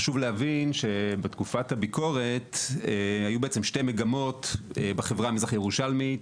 חשוב להבין בתקופת הביקורת היו בעצם שתי מגמות בחברה המזרח ירושלמית